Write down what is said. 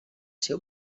seu